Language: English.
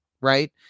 right